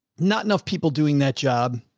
not enough people doing that job.